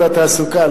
התעסוקה,